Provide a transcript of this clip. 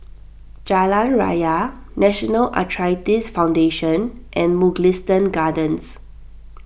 Jalan Raya National Arthritis Foundation and Mugliston Gardens